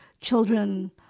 children